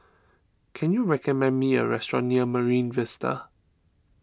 can you recommend me a restaurant near Marine Vista